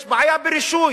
יש בעיה ברישוי.